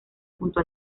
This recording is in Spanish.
junto